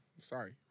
Sorry